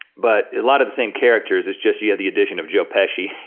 but a lot of the same characters, it's just you have the addition of joe pesci.